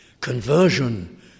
Conversion